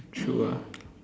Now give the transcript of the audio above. true ah